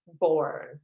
born